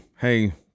hey